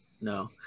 No